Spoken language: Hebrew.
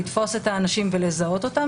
לתפוס את האנשים ולזהות אותם,